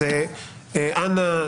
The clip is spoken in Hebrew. אנא,